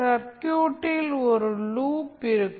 சர்க்யூட்டில் ஒரு லூப் இருக்கும்